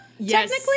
Technically